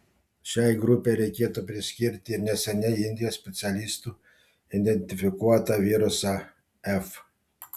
šiai grupei reikėtų priskirti ir neseniai indijos specialistų identifikuotą virusą f